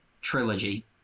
trilogy